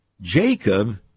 Jacob